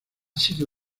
sido